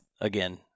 again